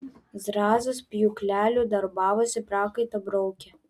zrazas pjūkleliu darbavosi prakaitą braukė